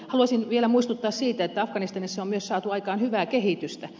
haluaisin vielä muistuttaa siitä että afganistanissa on myös saatu aikaan hyvää kehitystä